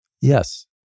Yes